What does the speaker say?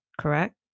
correct